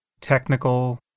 technical